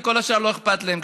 וכל השאר לא אכפת להם,